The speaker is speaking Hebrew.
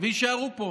ויישארו פה.